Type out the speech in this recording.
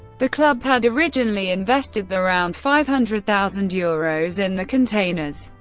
the club had originally invested around five hundred thousand euros in the containers.